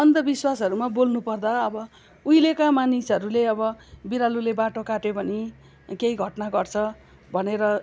अन्धविश्वासहरूमा बोल्नु पर्दा अब उहिलेका मानिसहरूले अब बिरालोले बाटो काट्यो भने केही घटना घट्छ भनेर